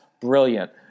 brilliant